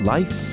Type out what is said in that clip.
Life